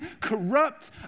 corrupt